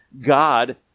God